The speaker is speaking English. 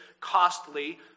costly